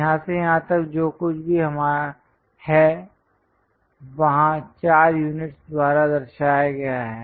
यहाँ से यहाँ तक जो कुछ भी है वहाँ 4 यूनिट्स द्वारा दर्शाया गया है